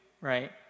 right